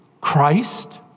Christ